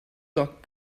doc